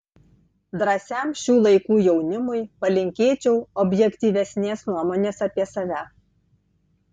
drąsiam šių laikų jaunimui palinkėčiau objektyvesnės nuomonės apie save